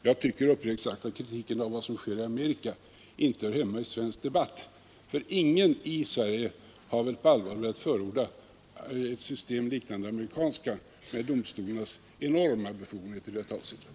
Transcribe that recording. Jag tycker uppriktigt sagt inte att kritiken av vad som sker i Amerika hör hemma i svensk debatt — ingen i Sverige har väl på allvar velat förorda ett system liknande det amerikanska med domstolarnas enorma befogenheter i politiska avseenden.